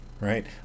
right